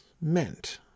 meant